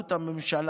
בממוצע